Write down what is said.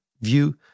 view